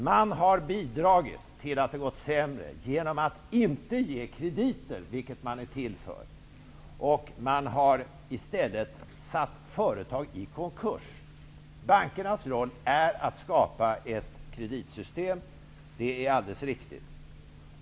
De har bidragit till att det har gått sämre genom att inte ge krediter, vilket de är till för. De har i stället försatt företag i konkurs. Bankernas roll är att skapa ett kreditsystem. Det är alldeles riktigt.